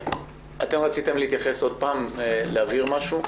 רציתן להתייחס שוב ולהבהיר משהו?